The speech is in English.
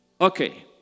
Okay